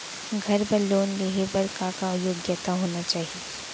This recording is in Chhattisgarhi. घर बर लोन लेहे बर का का योग्यता होना चाही?